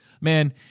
Man